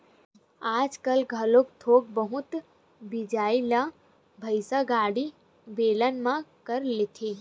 आजकाल घलोक थोक बहुत मिजई ल बइला गाड़ी, बेलन म कर लेथे